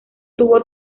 tuvo